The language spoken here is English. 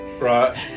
Right